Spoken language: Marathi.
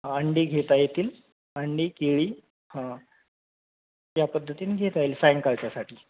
ह अंडी घेता येतील अंडी केळी हां या पद्धतीन घेता येईल सायंकाळच्यासाठी